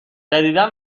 جدیدا